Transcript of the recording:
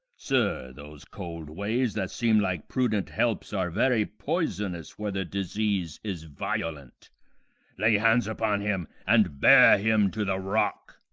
sir, those cold ways, that seem like prudent helps, are very poisonous where the disease is violent lay hands upon him and bear him to the rock.